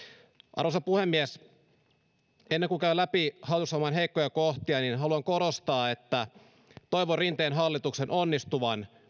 arvoisa puhemies ennen kuin käyn läpi hallitusohjelman heikkoja kohtia niin haluan korostaa että toivon rinteen hallituksen onnistuvan